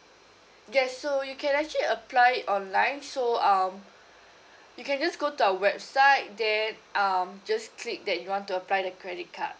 yes so you can actually apply it online so um you can just go to our website then um just click that you want to apply the credit card